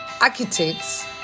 architects